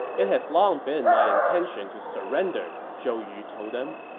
it has long been my intention to surrender, zhou yu told them.